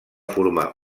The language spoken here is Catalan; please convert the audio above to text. formar